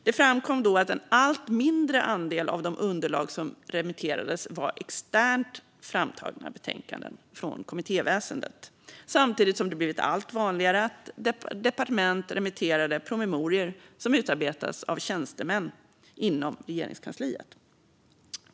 Det framkom då att en allt mindre andel av de underlag som remitterades var externt framtagna betänkanden från kommittéväsendet, samtidigt som det blivit allt vanligare att departement remitterade promemorior som utarbetats av tjänstemän inom Regeringskansliet.